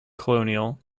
colonial